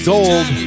Gold